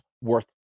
worth